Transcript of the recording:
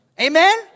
Amen